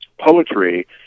poetry